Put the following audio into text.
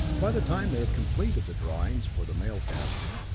by the time they had completed the drawings for the mail casting,